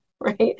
right